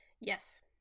yes